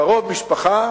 קרוב משפחה,